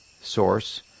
source